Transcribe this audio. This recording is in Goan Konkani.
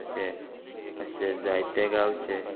तशें अशें जायत्या गांवचे